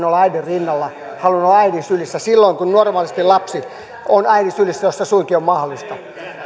olla äidin rinnalla halunnut olla äidin sylissä silloin kun normaalisti lapsi on äidin sylissä jos se suinkin on mahdollista